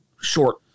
short